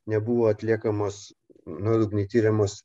nebuvo atliekamos nuodugniai tiriamos